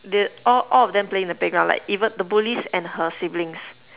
the all all of them playing in the playground like even the bullies and her siblings